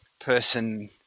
person